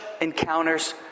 encounters